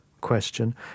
question